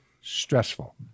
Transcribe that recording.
stressful